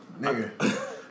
Nigga